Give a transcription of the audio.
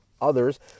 others